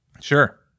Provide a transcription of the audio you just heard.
Sure